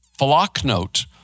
Flocknote